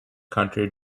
country